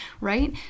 right